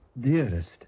Dearest